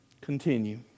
Continue